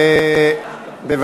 התשע"ד 2014,